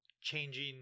changing